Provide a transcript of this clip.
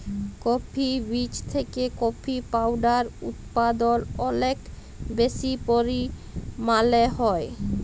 coffee বীজ থেকে coffee powder উদপাদল অলেক বেশি পরিমালে হ্যয়